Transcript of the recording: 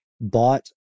bought